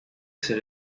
ces